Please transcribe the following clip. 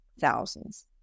thousands